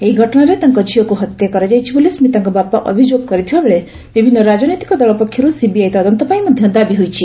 ଏହି ଘଟଶାରେ ତାଙ୍କ ଝିଅକୁ ହତ୍ୟା କରାଯାଇଛି ବୋଲି ସ୍କିତାଙ୍କ ବାପା ଅଭିଯୋଗ କରିଥିବାବେଳେ ବିଭିନ୍ନ ରାଜନୈତିକ ଦଳ ପକ୍ଷରୁ ସିବିଆଇ ତଦନ୍ତ ପାଇଁ ମଧ୍ଧ ଦାବି ହୋଇଛି